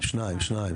שניים, שניים.